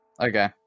Okay